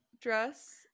dress